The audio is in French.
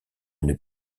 une